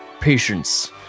patience